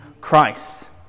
Christ